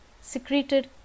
secreted